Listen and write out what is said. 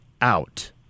out